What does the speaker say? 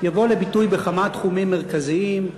יבוא לביטוי בכמה תחומים מרכזיים.